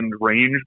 range